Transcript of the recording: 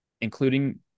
including